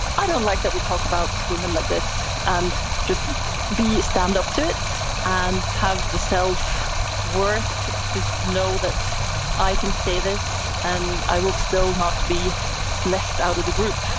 i don't like that we talk about women like this and just be stand up to it and have the self worth to know that i can say this and i will still not be left out of the group